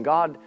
God